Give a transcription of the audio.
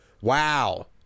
wow